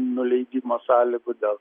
nuleidimo sąlygų dėl